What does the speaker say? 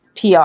PR